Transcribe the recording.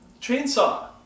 chainsaw